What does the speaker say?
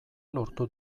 lortu